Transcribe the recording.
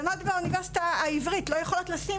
בנות באוניברסיטה העברית לא יכולות לשים